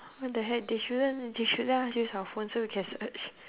what the heck they shouldn't they should let us use our phone so we can search